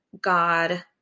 God